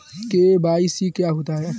KYC क्या होता है?